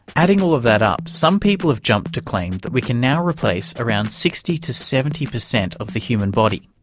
adding all of that up, some people have jumped to claim that we can now replace around sixty to seventy per cent of the human body.